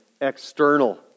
External